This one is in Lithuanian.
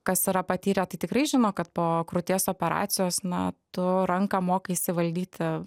kas yra patyrę tai tikrai žino kad po krūties operacijos na tu ranką mokaisi valdyti